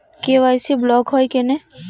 KYC block হয় কেনে?